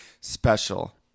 special